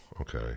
okay